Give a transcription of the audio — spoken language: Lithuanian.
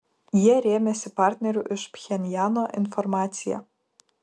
jie rėmėsi partnerių iš pchenjano informacija